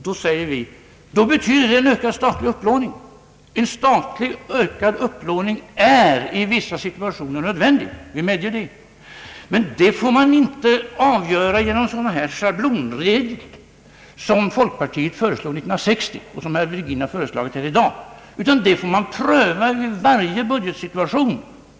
Det betyder en ökad statlig upplåning, och en sådan är i vissa situationer nödvändig, det medger vi. Däremot får man inte avgöra det genom schablonregler som folkpartiet föreslog år 1960 och som herr Virgin har föreslagit i dag, utan det får man pröva vid varje ny budgetsituation.